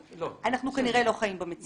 אנחנו כנראה לא חיים במציאות הזו.